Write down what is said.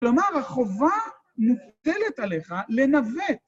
כלומר, החובה מוטלת עליך לנווט.